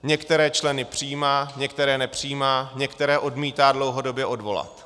Některé členy přijímá, některé nepřijímá, některé odmítá dlouhodobě odvolat.